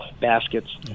baskets